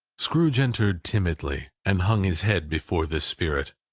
scrooge entered timidly, and hung his head before this spirit.